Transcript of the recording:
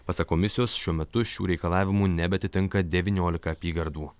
pasak komisijos šiuo metu šių reikalavimų nebeatitinka devyniolika apygardų